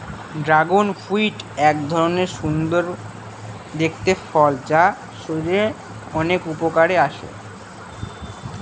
dragon fruit এক ধরনের সুন্দর দেখতে ফল যা শরীরের অনেক উপকারে আসে